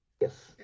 Yes